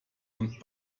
und